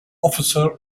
officer